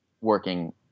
working